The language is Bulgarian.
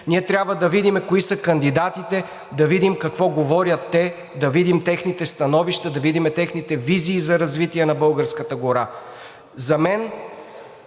Ние трябва да видим кои са кандидатите, да видим какво говорят те, да видим техните становища, да видим техните визии за развитие на българската гора.